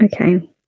okay